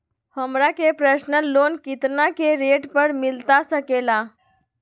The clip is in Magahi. हमरा के पर्सनल लोन कितना के रेट पर मिलता सके ला?